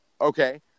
Okay